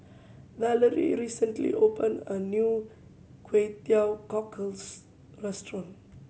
Valarie recently open a new Kway Teow Cockles restaurant